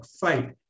fight